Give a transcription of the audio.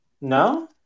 No